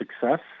success